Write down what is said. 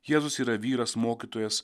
jėzus yra vyras mokytojas